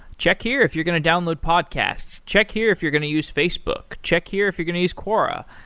check here if you're going to download podcasts. check here if you're going to use facebook. check here if you're going to use quora.